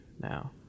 now